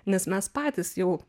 nes mes patys jau